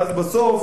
ואז בסוף,